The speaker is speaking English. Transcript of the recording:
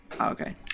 okay